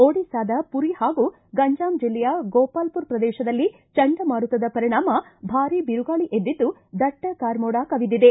ಓಡಿಸ್ತಾದ ಪುರಿ ಹಾಗೂ ಗಂಜಾಂ ಜಿಲ್ಲೆಯ ಗೋಪಾಲ್ ಪ್ರದೇಶದಲ್ಲಿ ಚಂಡಮಾರುತದ ಪರಿಣಾಮ ಭಾರಿ ಬಿರುಗಾಳಿ ಎದ್ದಿದ್ದು ದಟ್ಟ ಕಾರ್ಮೋಡ ಕವಿದಿದೆ